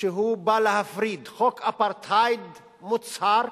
שבא להפריד, חוק אפרטהייד מוצהר,